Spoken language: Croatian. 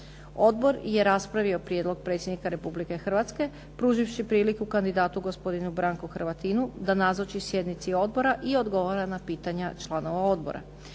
Odbor je raspravio prijedlog Predsjednika Republike Hrvatske pruživši priliku kandidatu gospodinu Branku Hrvatinu da nazoči sjednici odbora i odgovara na pitanja članova odbora.